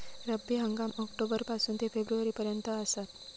रब्बी हंगाम ऑक्टोबर पासून ते फेब्रुवारी पर्यंत आसात